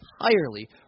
entirely